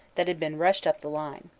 that had been rushed up the line.